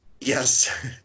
Yes